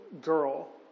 girl